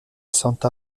santa